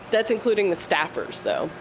that's including the staffers though.